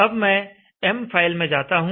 अब मैं M file में जाता हूं